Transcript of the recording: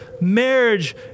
Marriage